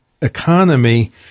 economy